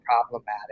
problematic